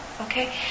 okay